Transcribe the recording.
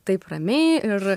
taip ramiai ir